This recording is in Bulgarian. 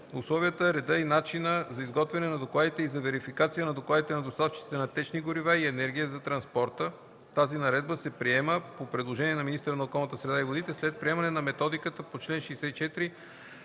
условията, реда и начина за изготвяне на докладите и за верификацията на докладите на доставчиците на течни горива и енергия за транспорта; тази наредба се приема по предложение на министъра на околната среда и водите след приемане на методиката по чл. 64,